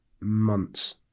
months